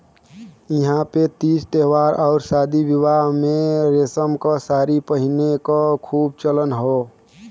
इहां पे तीज त्यौहार आउर शादी बियाह में रेशम क सारी पहिने क खूब चलन हौ